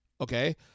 Okay